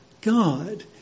God